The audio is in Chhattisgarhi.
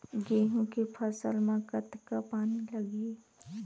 गेहूं के फसल म कतका पानी लगही?